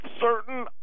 certain